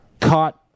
caught